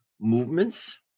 movements